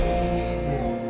Jesus